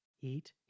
eat